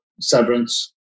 severance